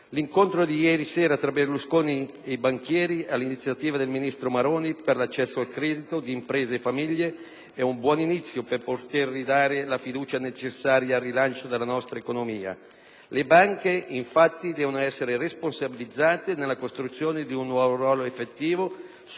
L'incontro di ieri sera tra il presidente Berlusconi e i banchieri e l'iniziativa del ministro Maroni per l'accesso al credito di imprese e famiglie sono un buon inizio per poter ridare la fiducia necessaria al rilancio della nostra economia. Le banche, infatti, devono essere responsabilizzate nella costruzione di un nuovo ruolo di effettivo